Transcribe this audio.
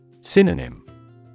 Synonym